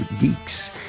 Geeks